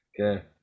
Okay